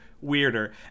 weirder